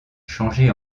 changé